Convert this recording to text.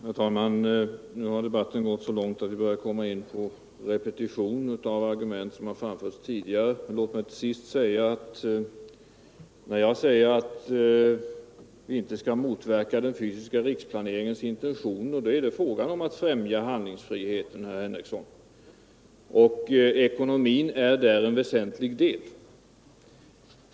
Herr talman! Nu har debatten hunnit så långt att vi börjar få en repetition av argument som framförts tidigare. När jag säger att vi inte skall motverka den fysiska riksplaneringens intentioner så är det fråga om att främja handlingsfriheten, herr Henrikson. Ekonomin är där en väsentlig del.